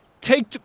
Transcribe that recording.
Take